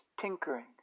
tinkering